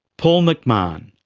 paul mcmahon,